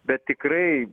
bet tikrai